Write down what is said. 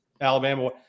Alabama